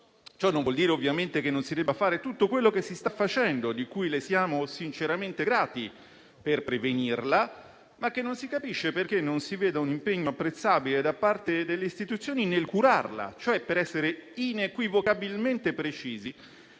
Ciò non vuol dire ovviamente che non si debba fare tutto quello che si sta facendo, di cui le siamo sinceramente grati, per prevenirla, ma non si capisce perché non si veda un impegno apprezzabile da parte delle istituzioni nel curarla, cioè, per essere inequivocabilmente precisi,